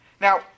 Now